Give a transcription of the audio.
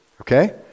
okay